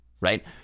right